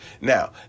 Now